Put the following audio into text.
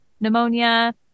pneumonia